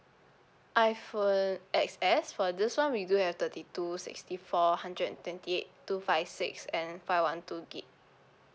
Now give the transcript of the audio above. iphone X_S for this [one] we do have thirty two sixty four hundred and twenty eight two five six and five one two gig